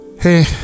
Hey